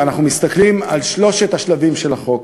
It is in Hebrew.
ואנחנו מסתכלים על שלושת השלבים של החוק.